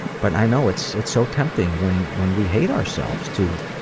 but i know it's it's so tempting when when we hate ourselves to